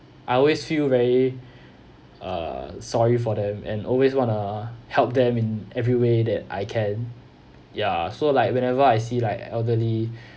I always feel very uh sorry for them and always want to help them in every way that I can ya so like whenever I see like elderly